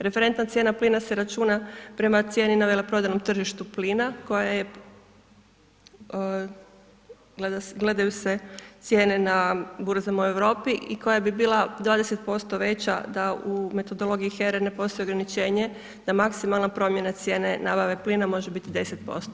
Referentna cijena plina se računa prema cijeni na veleprodajnom tržištu plina koja je, gledaju se cijene na burzama u Europi i koja bi bila 20% veća da u metodologiji HERE ne postoji ograničenje da maksimalna promjena cijene nabave plina može biti 10%